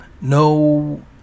No